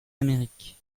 amérique